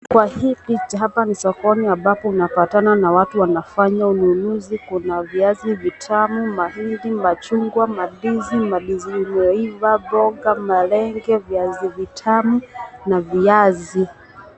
Kwa hii picha hapa ni sokoni ambapo unapatana na watu wanafanya ununuzi kuna viazi vitamu, mahindi, machugwa, mandizi, mandizi inayo Iva mboga ,malenge ,viazi vitamu na viazi.